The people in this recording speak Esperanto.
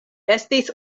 estis